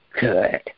good